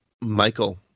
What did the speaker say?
Michael